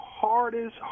hardest